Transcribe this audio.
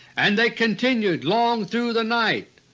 and they continued long through the night.